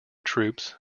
troops